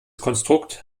konstrukt